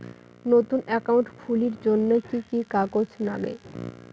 নতুন একাউন্ট খুলির জন্যে কি কি কাগজ নাগে?